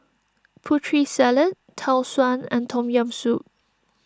Putri Salad Tau Suan and Tom Yam Soup